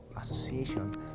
association